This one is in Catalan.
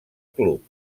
club